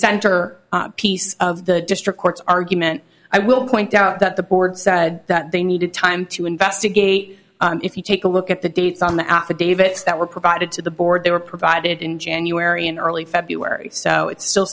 center piece of the district court's argument i will point out that the board said that they needed time to investigate and if you take a look at the dates on the affidavits that were provided to the board they were provided in january in early february so it still